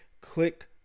Click